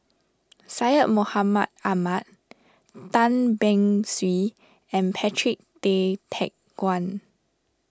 Syed Mohamed Ahmed Tan Beng Swee and Patrick Tay Teck Guan